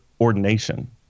ordination